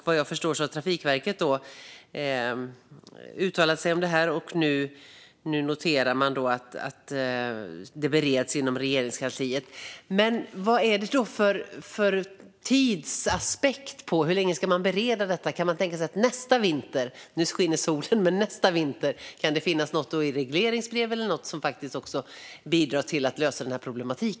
Vad jag förstår har Trafikverket uttalat sig om detta. Nu noterar man att frågan bereds inom Regeringskansliet. Men vad är det för tidsaspekt på detta - hur länge ska man bereda det? Nu skiner solen, men kan man tänka sig att det nästa vinter kan finnas något i ett regleringsbrev eller liknande som faktiskt bidrar till att lösa denna problematik?